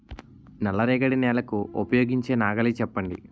నల్ల రేగడి నెలకు ఉపయోగించే నాగలి చెప్పండి?